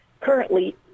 currently